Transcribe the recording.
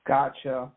Gotcha